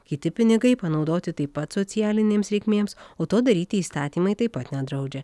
kiti pinigai panaudoti taip pat socialinėms reikmėms o to daryti įstatymai taip pat nedraudžia